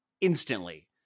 Instantly